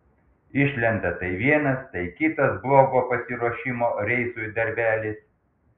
išlenda tai vienas tai kitas blogo pasiruošimo reisui darbelis